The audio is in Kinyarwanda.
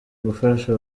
gufasha